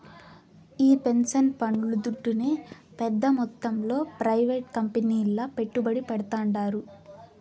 ఈ పెన్సన్ పండ్లు దుడ్డునే పెద్ద మొత్తంలో ప్రైవేట్ కంపెనీల్ల పెట్టుబడి పెడ్తాండారు